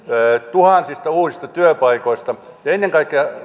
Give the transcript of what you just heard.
tuhansista uusista työpaikoista ja ennen kaikkea